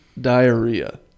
diarrhea